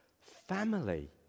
family